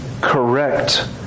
correct